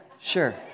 sure